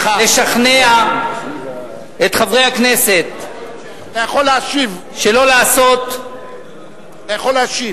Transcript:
לשכנע את חברי הכנסת שלא לעשות